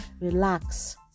relax